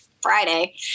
Friday